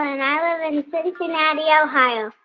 ah and i live in cincinnati, ohio.